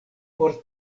por